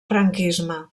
franquisme